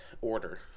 order